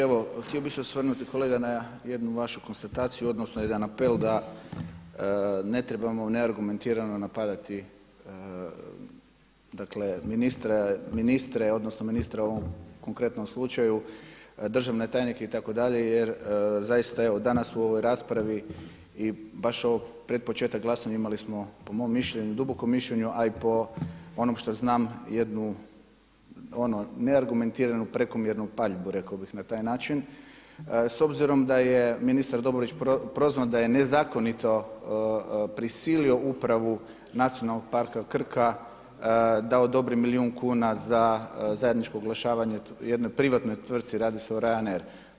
Evo htio bih se osvrnuti kolega na jednu vašu konstataciju odnosno jedan apel da ne trebamo neargumentirano napadati ministre odnosno ministra u ovom konkretnom slučaju državni tajnik itd. jer zaista evo danas u ovoj raspravi i baš pred početak glasanja imali smo po mom dubokom mišljenju, a i po onom što znam jednu neargumentiranu prekomjernu paljbu rekao bih na taj način s obzirom da je ministar Dobrović prozvan da je nezakonito prisilio upravu Nacionalnog parka Krka da odobri milijun kuna za zajedničko oglašavanje jednoj privatnoj tvrci radi se o Ryanair.